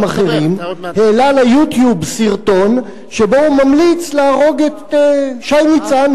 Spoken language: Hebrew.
אחרים העלה ל-YouTube סרטון שבו הוא ממליץ להרוג את שי ניצן,